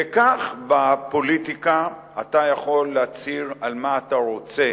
וכך, בפוליטיקה אתה יכול להצהיר מה אתה רוצה,